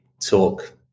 talk